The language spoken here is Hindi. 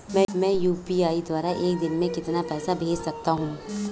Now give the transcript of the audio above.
मैं यू.पी.आई द्वारा एक दिन में कितना पैसा भेज सकता हूँ?